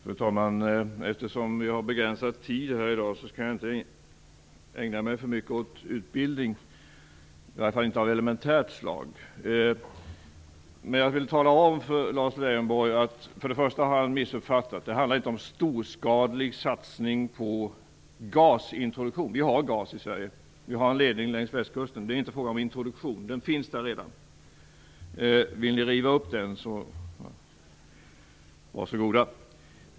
Fru talman! Eftersom vi har begränsad taletid här i dag skall jag inte ägna mig för mycket åt utbildning, i alla fall inte av elementärt slag. Men jag vill till att börja med tala om för Lars Leijonborg att han har missuppfattat vad jag sade. Det handlar inte om storskalig satsning på gasintroduktion. Vi har gas i Sverige. Det finns en ledning längs västkusten. Det är inte fråga om introduktion, för gasen finns där redan. Vill ni riva upp den, så varsågoda.